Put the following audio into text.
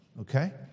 okay